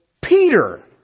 Peter